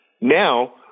Now